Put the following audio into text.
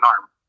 arm